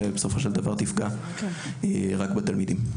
שבסופו של דבר יפגעו רק בתלמידים.